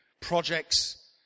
projects